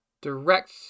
direct